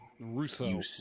Russo